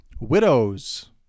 widow's